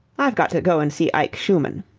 i've got to go and see ike schumann.